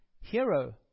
hero